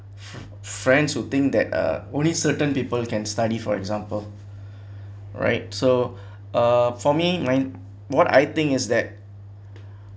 friends who think that uh only certain people can study for example right so uh for me my what I think is that